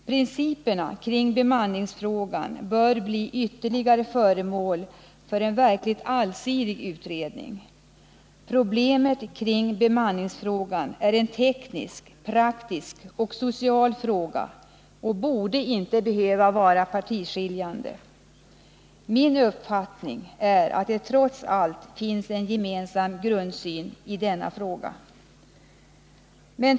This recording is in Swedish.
Principerna kring bemanningsfrågan bör ytterligare bli föremål för en verkligt allsidig utredning. Bemanningsfrågan är en teknisk, praktisk och social fråga och borde inte behöva vara partiskiljande. Min uppfattning är att det trots allt finns en gemensam grundsyn.